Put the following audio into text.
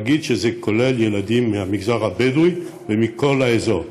להגיד שזה כולל ילדים מהמגזר הבדואי ומכל האזור.